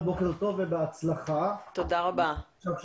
ואיפה זה מעמיד אותנו לגבי העמידה בתביעה